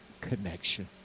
connection